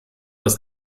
das